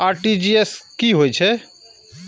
RTGS की होय छै